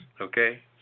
okay